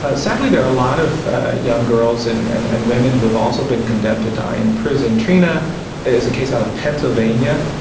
ah sadly there are a lot of young girls and and and women who have also been condemned to die in prison. trina is a case out of pennsylvania.